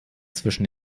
zwischen